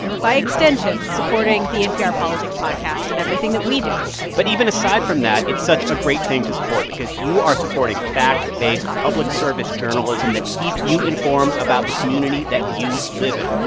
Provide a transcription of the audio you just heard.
by extension, supporting the npr politics podcast and everything that we do but even aside from that, it's such a great thing to support because you are supporting fact-based public service journalism that keeps you informed about the community that you live in.